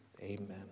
amen